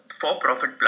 for-profit